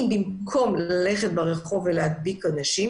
אם במקום ללכת ברחוב ולהדביק אנשים,